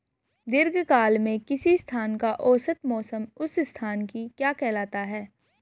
दीर्घकाल में किसी स्थान का औसत मौसम उस स्थान की क्या कहलाता है?